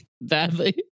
badly